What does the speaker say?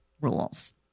rules